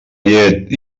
llet